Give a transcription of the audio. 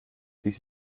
dies